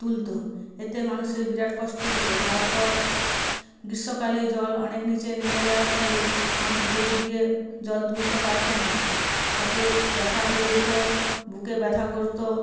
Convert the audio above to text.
তুলতো এতে মানুষের বিরাট কষ্ট হতো তারপর গীষ্মকালে জল অনেক নিচে নেমে যাওয়ার ফলে মানুষ দড়ি দিয়ে জল তুলতে পারত না হাতে ব্যথা হয়ে যেত বুকে ব্যথা করত